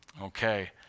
okay